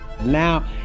Now